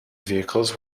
vehicles